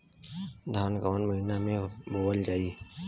धान कवन महिना में बोवल जाई?